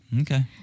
Okay